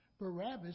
Barabbas